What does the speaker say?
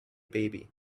baby